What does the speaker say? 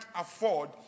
afford